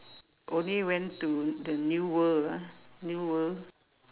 only went to the new world ah new world